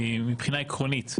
מבחינה עקרונית,